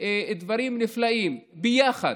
דברים נפלאים ביחד,